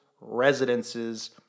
residences